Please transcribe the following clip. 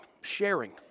sharing